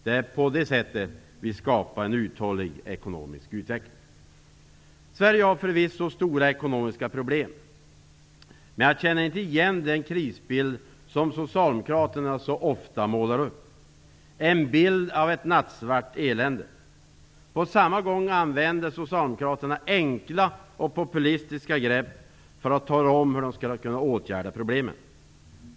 Det är på detta sätt som vi skapar en uthållig ekonomisk utveckling. Sverige har förvisso stora ekonomiska problem, men jag känner inte igen den krisbild som socialdemokraterna så ofta målar upp. Det är en bild av ett nattsvart elände. På samma gång använder socialdemokraterna enkla och populistiska grepp för att tala om hur de skall åtgärda problemen.